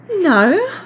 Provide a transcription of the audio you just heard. No